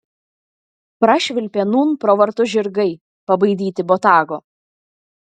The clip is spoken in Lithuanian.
prašvilpė nūn pro vartus žirgai pabaidyti botago